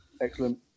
excellent